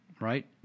right